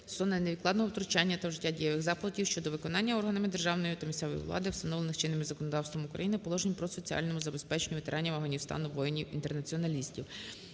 стосовно невідкладного втручання та вжиття дієвих заходів щодо виконання органами державної та місцевої влади встановлених чинним законодавством України положень по соціальному забезпеченню ветеранів Афганістану (воїнів-інтернаціоналістів).